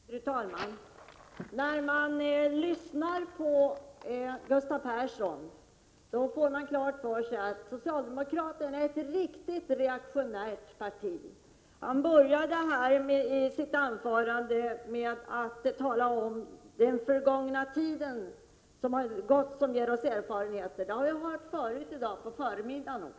Fru talman! När man lyssnar på Gustav Persson, får man klart för sig att socialdemokraterna är ett riktigt reaktionärt parti. Han började sitt anförande med att tala om en förgången tid som ger oss erfarenheter. Det har jag hört förut i dag, på förmiddagen.